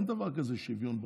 אין דבר כזה שוויון בצבא.